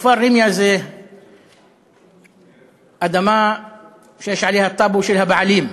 כפר ראמיה זה אדמה שיש עליה טאבו של הבעלים.